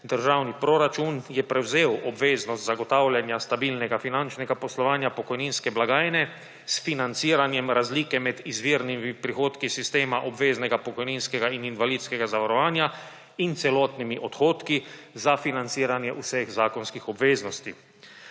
državni proračun je prevzel obveznost zagotavljanja stabilnega finančnega poslovanja pokojninske blagajne s financiranjem razlike med izvirnimi prihodki sistema obveznega pokojninskega in invalidskega zavarovanja in celotnimi odhodki za financiranje vseh zakonskih obveznosti.